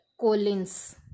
Collins